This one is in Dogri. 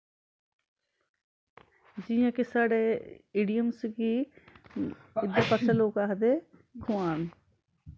जियां कि साढ़े ईडियमस गी इध्दर पास्सै लोग आखदे खोआन